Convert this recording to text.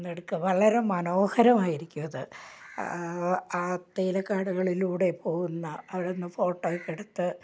വളരെ മനോഹരമായിരിക്കും അത് ആ തേയിലക്കാടുകളിലൂടെ പോകുന്ന അവിടെ നിന്ന് ഫോട്ടോ ഒക്കെ എടുത്ത്